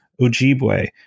Ojibwe